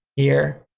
here,